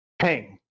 Ping